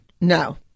No